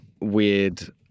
weird